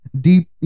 deep